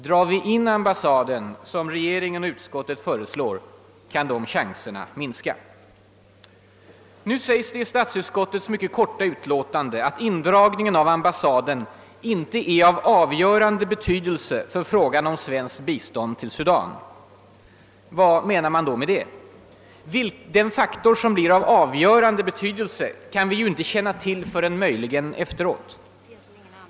Om vi som regeringen och utskottet föreslår drar in ambassaden, kan chanserna minska. Nu sägs det i statsutskottets mycket korta utlåtande att indragningen av ambassaden »inte av avgörande betydelse för frågan om svenskt bistånd till Sudan». Vad menar man det detta? Vilken faktor som blir av »avgörande» betydelse kan vi inte veta förrän möjligen efteråt.